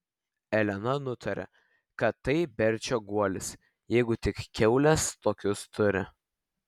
elena nutarė kad tai berčio guolis jeigu tik kiaulės tokius turi